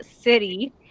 city